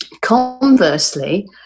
Conversely